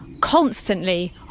constantly